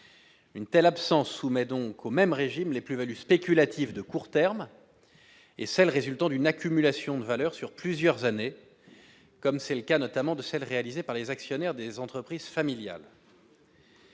Une telle absence soumet donc au même régime les plus-values spéculatives de court terme et celles résultant d'une accumulation de valeurs sur plusieurs années, comme c'est le cas notamment de celles qui sont réalisées par les actionnaires des entreprises familiales.